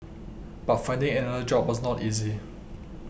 but finding another job was not easy